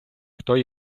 хто